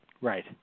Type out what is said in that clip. Right